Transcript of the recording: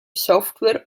software